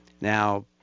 now